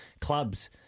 clubs